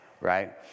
right